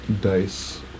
dice